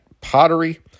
pottery